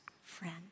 friend